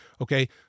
Okay